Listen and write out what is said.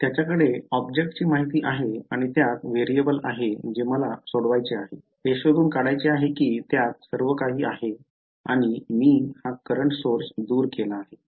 त्याच्या कडे ऑब्जेक्ट ची माहिती आहे आणि त्यात व्हेरिएबल आहे जे मला सोडवायचे आहे हे शोधून काढायचे आहे की त्यात सर्व काही आहे आणि मी हा current source दूर केला आहे